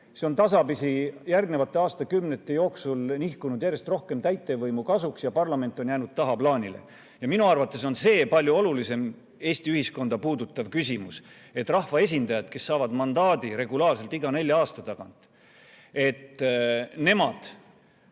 See on tasapisi aastakümnete jooksul nihkunud järjest rohkem täitevvõimu kasuks ja parlament on jäänud tagaplaanile. Minu arvates on see palju olulisem Eesti ühiskonda puudutav küsimus, et rahva esindajad, kes saavad mandaadi regulaarselt iga nelja aasta tagant, täidaksid